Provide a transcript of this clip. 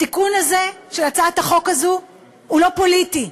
התיקון הזה של הצעת החוק הזו הוא לא פוליטי,